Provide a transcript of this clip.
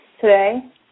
today